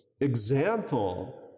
example